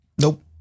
Nope